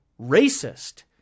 Racist